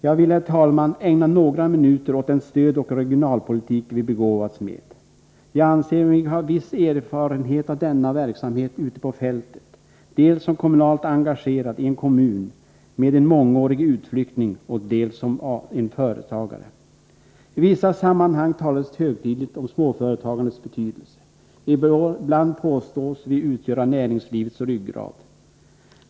Jag vill ägna några minuter åt den stödoch regionalpolitik som vi har begåvats med. Jag anser mig ha viss erfarenhet av denna verksamhet ute på fältet, dels som kommunalt engagerad i en kommun med utflyttning sedan många år tillbaka, dels som företagare. I vissa sammanhang talas det högtidligt om småföretagandets betydelse. Ibland påstås småföretagandet utgöra näringslivets ryggrad.